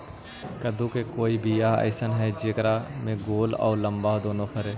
कददु के कोइ बियाह अइसन है कि जेकरा में गोल औ लमबा दोनो फरे?